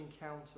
encounter